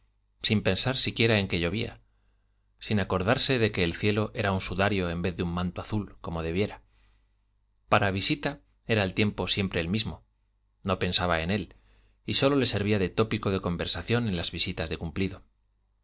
sin pensar siquiera en que llovía sin acordarse de que el cielo era un sudario en vez de un manto azul como debiera para visita era el tiempo siempre el mismo no pensaba en él y sólo le servía de tópico de conversación en las visitas de cumplido